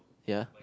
ya